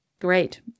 Great